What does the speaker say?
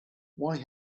why